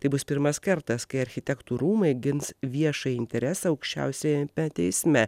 tai bus pirmas kartas kai architektų rūmai gins viešąjį interesą aukščiausiajame teisme